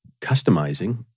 customizing